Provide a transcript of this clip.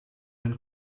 den